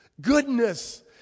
goodness